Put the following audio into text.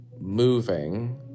moving